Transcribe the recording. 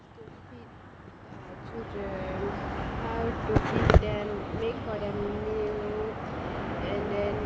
how to teach uh children how to teach them make water mill and then